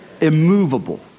Immovable